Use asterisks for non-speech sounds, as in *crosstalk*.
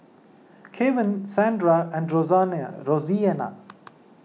Kevan Sandra and *unintelligible* Roseanna